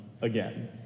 again